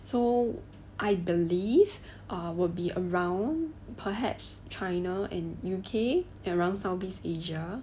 so I believe will be around perhaps china and U_K around southeast asia